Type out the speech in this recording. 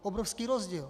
Obrovský rozdíl.